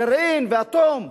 גרעין ואטום.